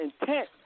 intent